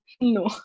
No